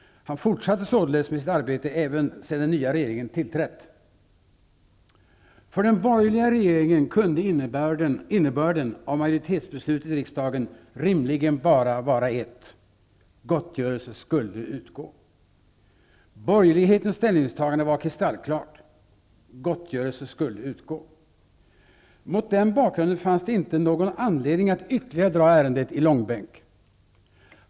Han fortsatte således med sitt arbete även sedan den nya regeringen tillträtt. För den borgerliga regeringen kunde innebörden av majoritetsbeslutet i riksdagen rimligen bara vara ett -- gottgörelse skulle utgå. Borgerlighetens ställningstagande var kristallklart -- gottgörelse skulle utgå. Mot den bakgrunden fanns det inte någon anledning att ytterligare dra ärendet i långbänk.